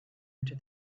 into